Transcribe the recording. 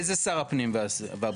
איזה שר הפנים והבריאות?